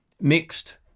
Mixed